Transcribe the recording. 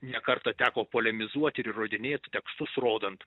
ne kartą teko polemizuot ir įrodinėt tekstus rodant